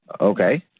Okay